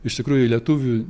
iš tikrųjų lietuvių